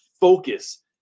focus